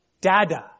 Dada